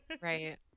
right